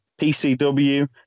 PCW